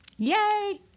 Yay